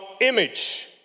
image